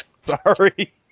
Sorry